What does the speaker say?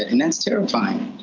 ah and that's terrifying.